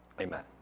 Amen